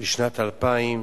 שבשנת 2000,